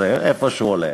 איפה שהוא הולך,